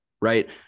right